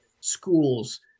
schools